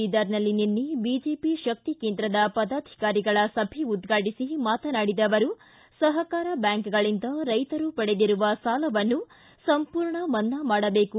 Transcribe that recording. ಬೀದರ್ನಲ್ಲಿ ನಿನ್ನೆ ಬಿಜೆಪಿ ಶಕ್ತಿಕೇಂದ್ರದ ಪದಾಧಿಕಾರಿಗಳ ಸಭೆ ಉದ್ಘಾಟಿಸಿ ಮಾತನಾಡಿದ ಅವರು ಸಪಕಾರ ಬ್ಯಾಂಕ್ಗಳಿಂದ ರೈತರು ಪಡೆದಿರುವ ಸಾಲವನ್ನು ಸಂಪೂರ್ಣ ಮನ್ನಾ ಮಾಡಬೇಕು